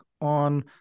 on